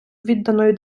відданої